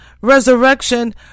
resurrection